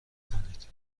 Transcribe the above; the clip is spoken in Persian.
کنید